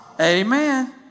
Amen